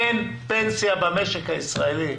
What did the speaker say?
אין פנסיה במשק הישראלי.